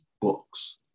books